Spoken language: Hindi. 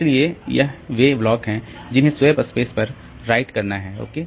इसलिएयह वे वे ब्लॉक हैं जिन्हें स्वैप स्पेस पर भी राइट करना हैं ओके